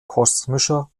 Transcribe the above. kosmischer